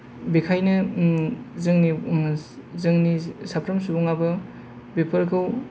बेखायनो जोंनि जोंनि साफ्रोम सुबुङाबो बेफोरखौ